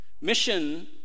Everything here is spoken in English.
Mission